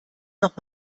noch